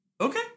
Okay